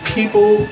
People